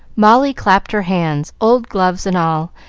molly clapped her hands, old gloves and all,